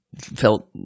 felt